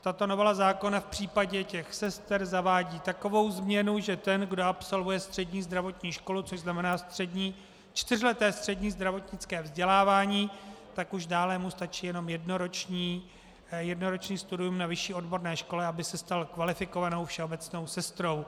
Tato novela zákona v případě těch sester zavádí takovou změnu, že ten, kdo absolvuje střední zdravotní školu, což znamená čtyřleté střední zdravotnické vzdělávání, tak už dále mu stačí jenom jednoroční studium na vyšší odborné škole, aby se stal kvalifikovanou všeobecnou sestrou.